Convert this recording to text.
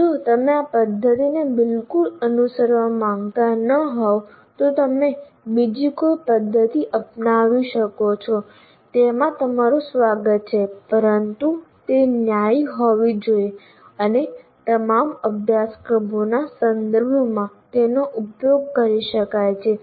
જો તમે આ પદ્ધતિને બિલકુલ અનુસરવા માંગતા ન હોવ તો તમે બીજી કોઈ પદ્ધતિ અપનાવી શકો છો તેમાં તમારું સ્વાગત છે પરંતુ તે ન્યાયી હોવું જોઈએ અને તમામ અભ્યાસક્રમોના સંદર્ભમાં તેનો ઉપયોગ કરી શકાય છે